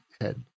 head